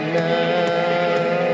now